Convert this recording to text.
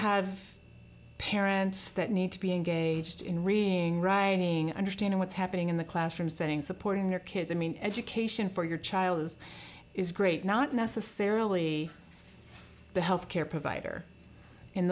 have parents that need to be engaged in reading writing understand what's happening in the classroom setting supporting their kids i mean education for your child is is great not necessarily the health care provider in